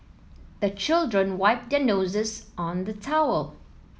the children wipe their noses on the towel